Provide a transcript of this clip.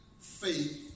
faith